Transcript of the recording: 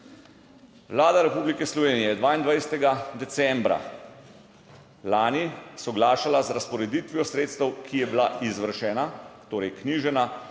Vlada Republike Slovenije je 22. decembra lani soglašala z razporeditvijo sredstev, ki je bila izvršena, torej knjižena